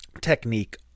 Technique